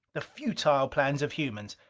the futile plans of humans!